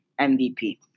MVP